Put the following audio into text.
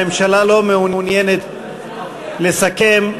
הממשלה לא מעוניינת לסכם,